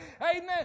Amen